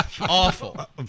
awful